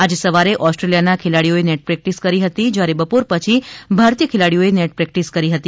આજે સવારે ઓસ્ટ્રેલિયાના ખેલાડીઓ એ પ્રેક્ટિસ કરી હતી જ્યારે બપોર પછી ભારતીય ખેલાડીઓ નેટ પ્રેક્ટિસ કરી હતી